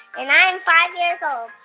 and i'm five years old.